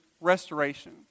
restoration